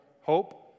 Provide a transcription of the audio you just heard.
hope